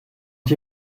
die